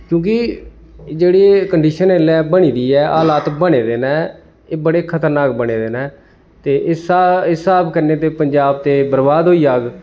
क्योंकि जेह्ड़ी कंडीशन एल्लै बनी दी ऐ हालात बने दे न एह् बड़े खतरनाक बने दे न ते इस इस स्हाब कन्नै ते पंजाब ते बरबाद होई जाग